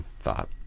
thought